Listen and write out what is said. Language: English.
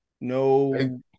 No